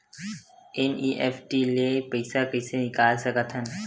NEFT ले पईसा कइसे निकाल सकत हन?